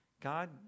God